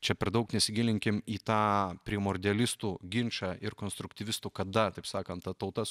čia per daug nesigilinkim į tą primordialistų ginčą ir konstruktyvistų kada taip sakant ta tauta